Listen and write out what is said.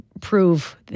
prove